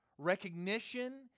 recognition